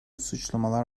suçlamalar